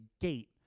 gate